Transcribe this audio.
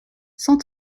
cent